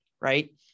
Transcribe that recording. Right